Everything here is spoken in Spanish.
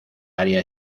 área